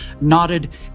nodded